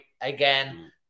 again